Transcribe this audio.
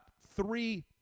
three